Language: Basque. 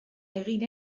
egin